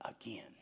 again